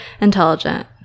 intelligent